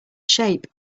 shape